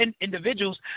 individuals